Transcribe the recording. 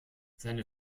seine